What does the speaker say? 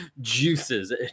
juices